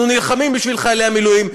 אנחנו נלחמים בשביל חיילי המילואים,